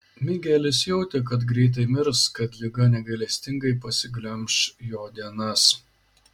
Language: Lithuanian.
migelis jautė kad greitai mirs kad liga negailestingai pasiglemš jo dienas